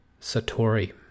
Satori